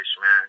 man